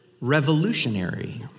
revolutionary